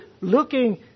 looking